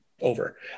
over